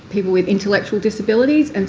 people with intellectual disabilities. and